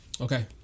Okay